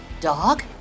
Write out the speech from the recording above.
dog